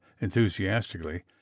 enthusiastically